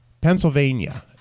Pennsylvania